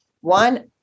One